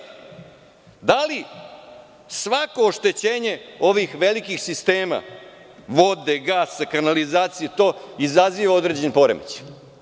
Da li svako oštećenje ovih velikih sistema, vode, gasa, kanalizacije, izaziva određeni poremećaj?